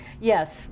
Yes